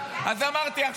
אז אמרתי,